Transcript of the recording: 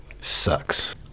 Sucks